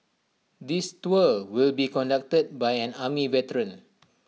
this tour will be conducted by an army veteran